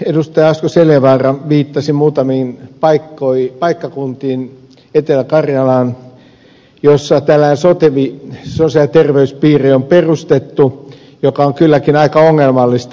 asko seljavaara viittasi muutamiin paikkakuntiin etelä karjalaan jossa tällainen sotevi sosiaali ja terveyspiiri on perustettu mikä on kylläkin aika ongelmallista